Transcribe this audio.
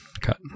Cut